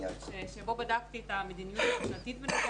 שבו בדקתי את המדיניות הממשלתית בנוגע